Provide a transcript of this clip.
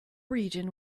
region